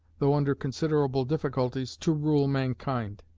though under considerable difficulties, to rule mankind.